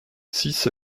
six